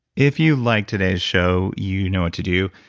if you like today's show, you know what to do.